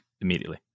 immediately